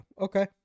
Okay